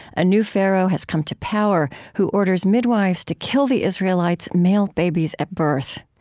a new pharaoh has come to power, who orders midwives to kill the israelites' male babies at birth.